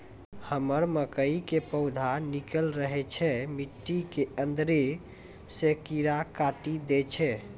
हमरा मकई के पौधा निकैल रहल छै मिट्टी के अंदरे से कीड़ा काटी दै छै?